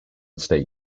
state